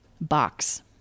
box